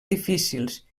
difícils